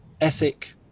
ethic